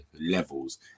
levels